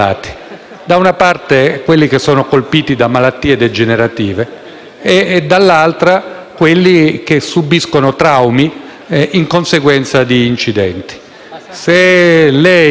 e, dall'altra, quelli che subiscono traumi in conseguenza di incidenti. Se lei, signor Presidente, e i colleghi